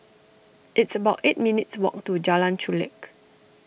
it's about eight minutes' walk to Jalan Chulek